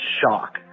shock